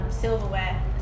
silverware